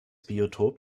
biotop